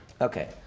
Okay